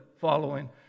following